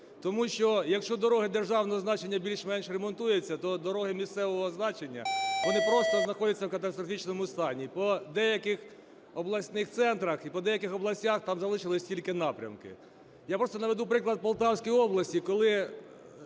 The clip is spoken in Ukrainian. Тому що, якщо дороги державного значення більш-менш ремонтуються, то дороги місцевого значення, вони просто знаходяться в катастрофічному стані. По деяких обласних центрах і по деяких областях - там залишилися тільки напрямки. Я просто наведу приклад Полтавської області, коли